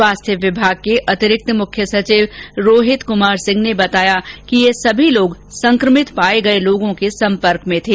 स्वास्थ्य विभाग के अतिरिक्त मुख्य सचिव रोहित कुमार सिंह ने बताया कि ये सभी लोग संक्रमित पाए गए लोगों के सम्पर्क में थे